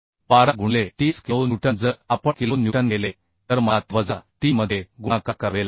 12 गुणिले ts kilonewton जर आपण किलो न्यूटन केले तर मला ते वजा 3 मध्ये गुणाकार करावे लागेल